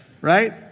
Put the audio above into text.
Right